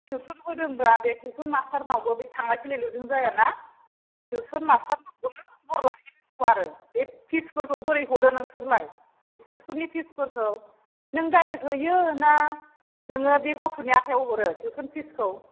tuition होदोंब्ला बे tuition मास्टारनावबो बे थांलाय फैलायल'जों जाया ना टिउसन मास्टारनावबो ख'बर लाहैनांगौ आरो बे फिसफोरखौ बोरै हरो नोंसोरलाय टिउसननि फिसफोरखौ नों डाइरेक्त हैयो ना नोङो बे गथ'नि आखायाव हरो टिउसन फिसखौ